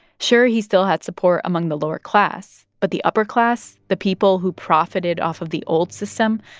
sure, he still had support among the lower class. but the upper class, the people who profited off of the old system,